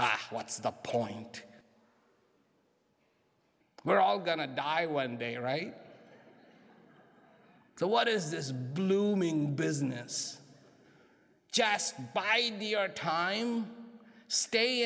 m what's the point we're all gonna die one day right so what is this blooming business just by the our time stay